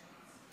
החוק עבר.